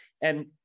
And-